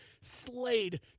slayed